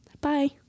Bye